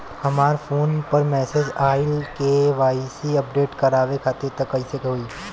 हमरा फोन पर मैसेज आइलह के.वाइ.सी अपडेट करवावे खातिर त कइसे होई?